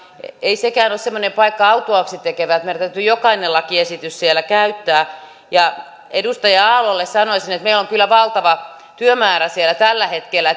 ei sekään ole semmoinen paikka autuaaksi tekevä että meidän täytyy jokainen lakiesitys siellä käyttää edustaja aallolle sanoisin että meillä on kyllä valtava työmäärä siellä tällä hetkellä